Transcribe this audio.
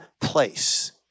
place